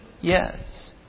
Yes